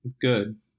good